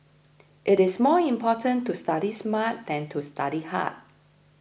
it is more important to study smart than to study hard